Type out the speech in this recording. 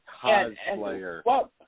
cosplayer